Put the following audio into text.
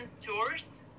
tours